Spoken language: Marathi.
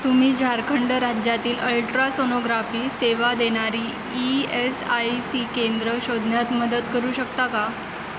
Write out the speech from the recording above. तुम्ही झारखंड राज्यातील अल्ट्रासोनोग्राफी सेवा देणारी ई एस आय सी केंद्रं शोधण्यात मदत करू शकता का